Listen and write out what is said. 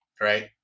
right